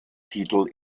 titel